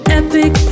epic